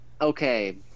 Okay